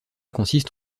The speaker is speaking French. consiste